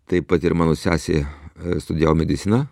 taip pat ir mano sesė studijavo mediciną